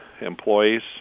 Employees